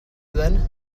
then